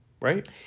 right